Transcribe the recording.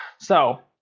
so.